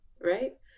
right